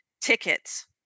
Tickets